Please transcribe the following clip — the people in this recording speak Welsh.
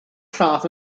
llaeth